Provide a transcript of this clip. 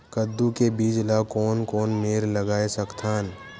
कददू के बीज ला कोन कोन मेर लगय सकथन?